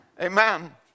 Amen